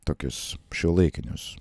tokius šiuolaikinius